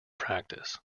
practice